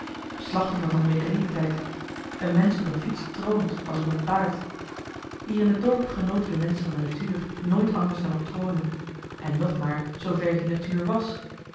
slachtoffer van den mekaniek tijd een mensch op een fiets trnt als op een paard hier in het dorp genoten de menschen van de natuur nooit anders dan op tronen en nog maar zoover hier natuur wàs